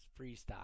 freestyle